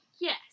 yes